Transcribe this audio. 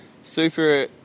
super